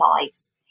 lives